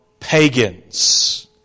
Pagans